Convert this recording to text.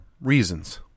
reasons